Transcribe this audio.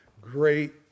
great